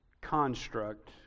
construct